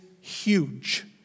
huge